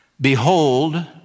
Behold